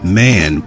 man